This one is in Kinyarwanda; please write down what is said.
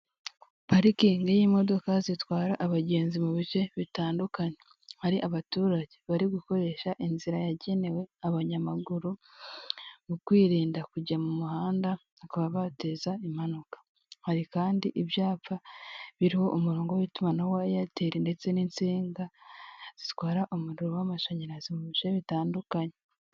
Parikingi y'imodoka zitwara abagenzi mu bice bitandukanye, hari abaturage bari gukoresha inzira yagenewe abanyamaguru mu kwirinda kujya mu muhanda bakaba bateza impanuka, hari kandi ibyapa biriho umurongo w'itumanaho wa Eyateli ndetse n'insinga zitwara umuriro w'amashanyarazi mu bice bitandukanye.